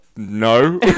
No